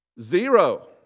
zero